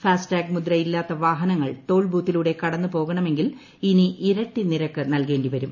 ഫാസ് tag മുദ്ര ഇല്ലാത്ത വാഹനങ്ങൾ ടോൾ ബൂത്തിലൂടെ കടന്നു പോകണമെങ്കിൽ ഇനി ഇരട്ടി നിരക്ക് നൽകേണ്ടി വരും